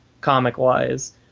comic-wise